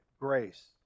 grace